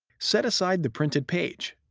set aside the printed page.